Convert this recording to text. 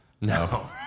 No